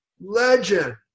Legend